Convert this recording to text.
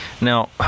now